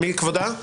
מי כבודה?